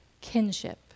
kinship